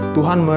Tuhan